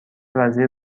وزیر